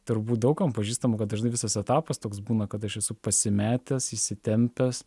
turbūt daug kam pažįstamų kad dažnai visas etapas toks būna kad aš esu pasimetęs įsitempęs